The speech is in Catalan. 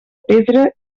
pedra